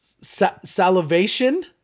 Salivation